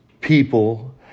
people